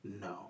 no